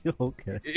Okay